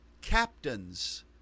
captains